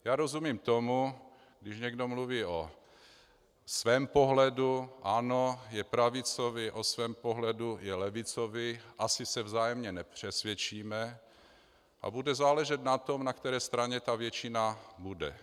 Já rozumím tomu, když někdo mluví o svém pohledu, ano, je pravicový, o svém pohledu, je levicový, asi se vzájemně nepřesvědčíme a bude záležet na tom, na které straně ta většina bude.